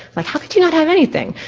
like how could you not have anything?